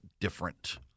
different